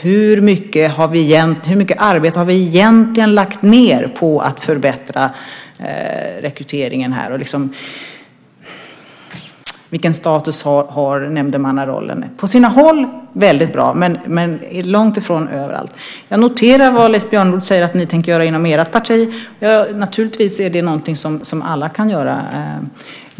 Hur mycket arbete har vi egentligen lagt ned på att förbättra rekryteringen, och vilken status har nämndemannarollen? På sina håll är det väldigt bra, men långt ifrån överallt. Jag noterar vad du, Leif Björnlod, säger att ni tänker göra inom ert parti. Naturligtvis är det något som alla kan göra.